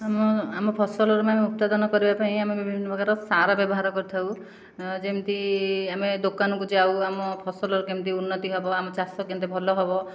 ଆମ ଆମ ଫସଲର ଆମେ ଉତ୍ପାଦନ କରିବା ପାଇଁ ଆମେ ବିଭିନ୍ନ ପ୍ରକାରର ସାର ବ୍ୟବହାର କରିଥାଉ ଯେମିତି ଆମେ ଦୋକାନକୁ ଯାଉ ଆମ ଫସଲର କେମିତି ଉନ୍ନତି ହେବ ଆମ ଚାଷ କେମିତି ଭଲ ହେବ